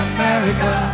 America